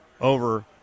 over